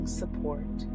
support